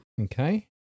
Okay